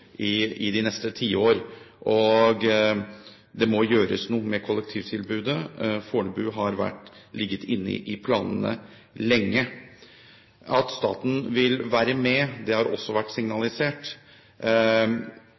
i de neste tiår. Det må gjøres noe med kollektivtilbudet. Fornebu har ligget inne i planene lenge. At staten vil være med, har også vært